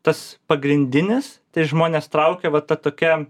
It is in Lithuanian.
tas pagrindinis tai žmones traukia va ta tokia